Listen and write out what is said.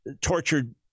tortured